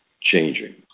changing